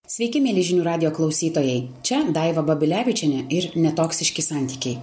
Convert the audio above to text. sveiki mieli žinių radijo klausytojai čia daiva babilevičienė ir netoksiški santykiai